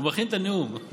הוא מכין את הנאום.